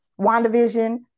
WandaVision